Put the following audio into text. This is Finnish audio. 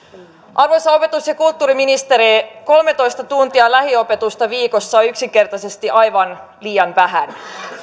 arvoisa opetus ja kulttuuriministeri kolmetoista tuntia lähiopetusta viikossa on yksinkertaisesti aivan liian vähän